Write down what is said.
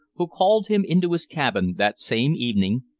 who called him into his cabin that same evening,